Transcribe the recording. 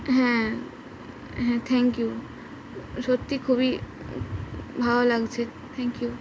হ্যাঁ হ্যাঁ thank you সত্যি খুবই ভালো লাগছে থ্যাংক ইউ